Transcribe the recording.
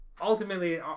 ultimately